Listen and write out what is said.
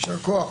יישר כוח.